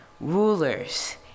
Rulers